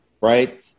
right